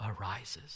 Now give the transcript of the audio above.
arises